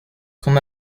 son